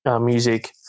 music